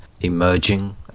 emerging